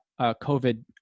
COVID